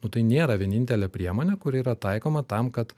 nu tai nėra vienintelė priemonė kuri yra taikoma tam kad